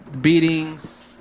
beatings